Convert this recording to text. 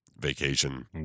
vacation